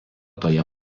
toje